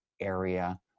area